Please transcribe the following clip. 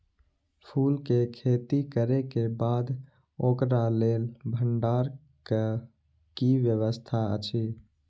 फूल के खेती करे के बाद ओकरा लेल भण्डार क कि व्यवस्था अछि?